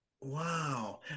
Wow